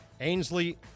Ainsley